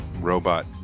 robot